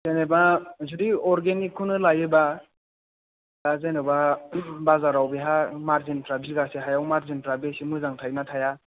जेनैबा जुदि अर्गेनिकखौनो लायोबा दा जेन'बा बाजाराव बेहा मारजिनफ्रा बिघासे हायाव मारजिनफ्रा बेसे मोजां थायोना थाया